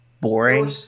boring